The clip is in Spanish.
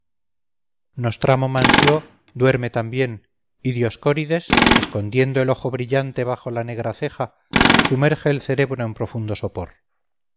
nostramo mansió duerme también y dioscórides escondiendo el ojo brillante bajo la negra ceja sumerge el cerebro en profundo sopor